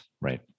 Right